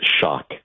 shock